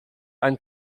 einen